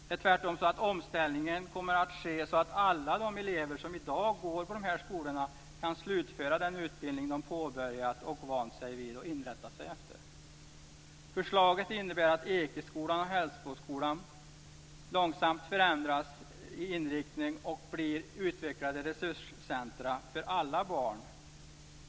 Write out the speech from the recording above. Det är tvärtom så att omställningen kommer att ske på ett sådant sätt att alla de elever som i dag går i dessa skolor kan slutföra den utbildning som de har påbörjat, vant sig vid och inrättat sig efter. Förslaget innebär att Ekeskolan och Hällsboskolan långsamt förändras vad gäller inriktning till att bli utvecklade resurscentrum för alla barn.